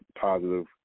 positive